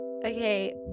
Okay